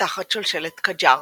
תחת שושלת קאג'אר.